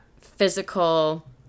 physical